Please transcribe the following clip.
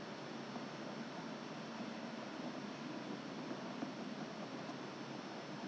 I went to pharmacy and get the some kind of anti-virus err cream applied on my feet err toe